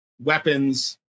weapons